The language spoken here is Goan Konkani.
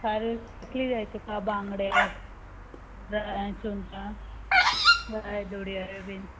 खारें कितें जाय तुका बांगडे काय सुंगटा काय दोडयारो बीन